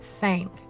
thank